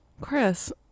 Chris